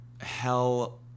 hell